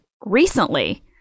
recently